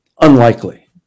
Unlikely